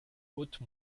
haute